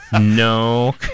No